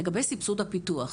לגבי סבסוד הפיתוח,